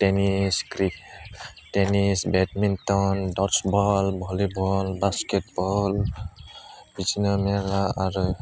tennis क्रि tennis badminton डटस बल भलिबल बास्केट बल बिदिनो मेरला आरो